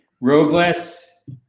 Robles